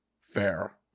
Fair